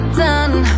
done